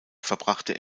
verbrachte